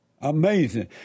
Amazing